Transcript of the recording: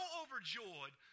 overjoyed